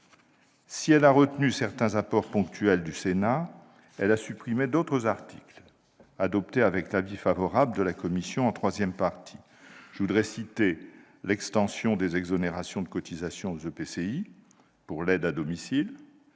Si elle a retenu certains apports ponctuels du Sénat, elle a supprimé d'autres articles, adoptés avec l'avis favorable de la commission en troisième partie. Je pense notamment à l'extension des exonérations de cotisations aux EPCI pour l'aide à domicile,